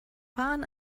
fahren